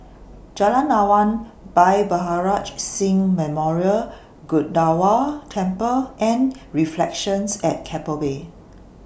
Jalan Awan Bhai Maharaj Singh Memorial Gurdwara Temple and Reflections At Keppel Bay